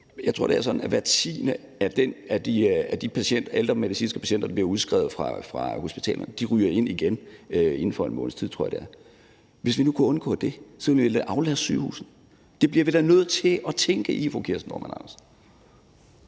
Jeg tror, det er sådan, at hver tiende af de ældre medicinske patienter, der bliver udskrevet fra hospitalerne, ryger ind igen inden for en måneds tid, tror jeg det er. Hvis vi nu kunne undgå det, kunne vi jo aflaste sygehusene. Det bliver vi da nødt til at tænke i, fru Kirsten Normann Andersen.